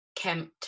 kempt